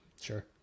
Sure